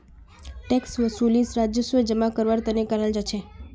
tax वसूली राजस्व जमा करवार तने कराल जा छे